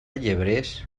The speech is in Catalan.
llebrers